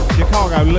Chicago